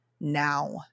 now